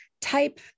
type